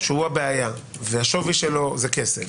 שהוא הבעיה, והשווי שלו זה כסף,